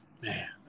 man